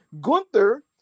Gunther